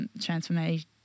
transformation